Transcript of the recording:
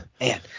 Man